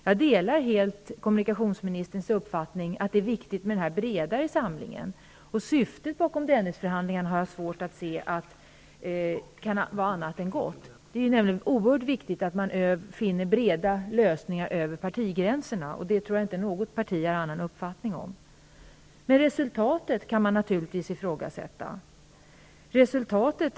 Jag delar helt kommunikationsministerns uppfattning att det är viktigt med den bredare samlingen. Syftet med Dennisförhandlingarna kan inte, såvitt jag förstår, vara annat än gott. Det är nämligen oerhört viktigt att man finner breda lösningar över partigränserna, och inget parti har väl någon annan uppfattning. Men man kan naturligtvis ifrågasätta resultatet.